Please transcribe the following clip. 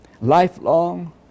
lifelong